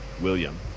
William